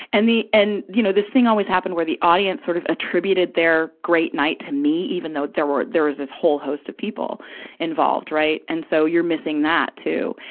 and the, and, you know, this thing always happened where the audience sort of attributed their great night to me, even though there were, there was this whole host of people involved, right? and so, you're missing that, too.